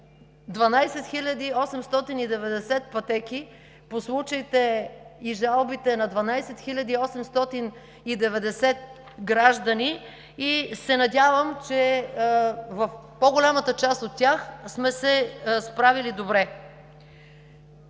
12 890 пътеки по случаите и жалбите на 12 890 граждани и се надявам, че в по-голямата част от тях сме се справили добре.